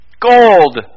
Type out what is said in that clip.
Gold